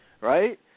right